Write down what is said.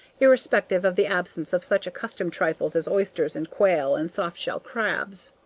irrespective of the absence of such accustomed trifles as oysters and quail and soft-shell crabs.